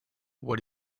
what